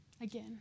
Again